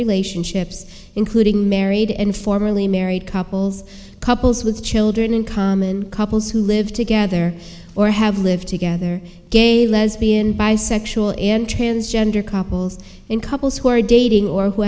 relationships including married and formerly married couples couples with children in common couples who live together or have lived together gay lesbian bisexual and transgender couples in couples who are dating or who